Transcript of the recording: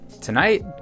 Tonight